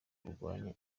kurwanya